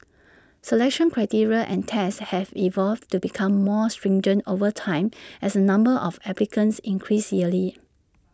selection criteria and tests have evolved to become more stringent over time as the number of applicants increase yearly